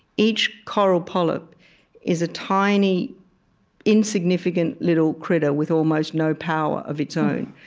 each coral polyp is a tiny insignificant little critter with almost no power of its own.